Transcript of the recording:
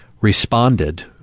responded